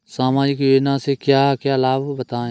सामाजिक योजना से क्या क्या लाभ हैं बताएँ?